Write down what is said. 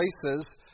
places